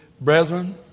Brethren